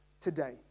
today